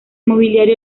mobiliario